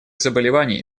заболеваний